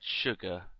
Sugar